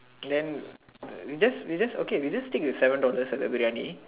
then we just we just okay we just take with seven dollar at Aberdeen